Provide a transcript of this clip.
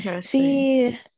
See